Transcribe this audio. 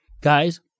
guys